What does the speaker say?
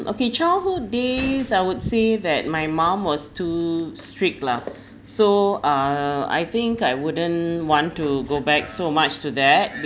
okay childhood days I would say that my mum was too strict lah so uh I think I wouldn't want to go back so much to that